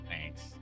Thanks